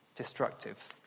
destructive